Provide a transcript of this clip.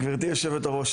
גברתי יושבת הראש,